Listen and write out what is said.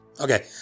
Okay